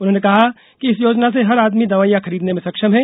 उन्होंने कहा कि इस योजना से हर आदमी दवाइयां खरीदने में सक्षम है